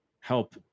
help